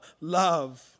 love